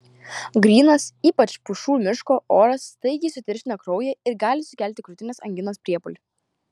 grynas ypač pušų miško oras staigiai sutirština kraują ir gali sukelti krūtinės anginos priepuolį